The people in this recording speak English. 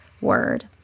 word